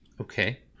Okay